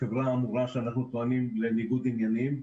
החברה לה אנחנו טוענים לניגוד עניינים,